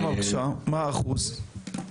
מה האחוז?